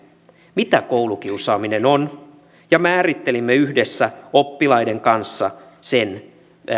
mitä koulukiusaaminen on ja määrittelimme yhdessä oppilaiden kanssa sen